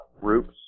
groups